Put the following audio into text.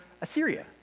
assyria